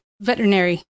veterinary